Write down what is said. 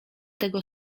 tego